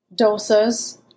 dosas